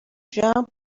جمع